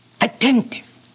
attentive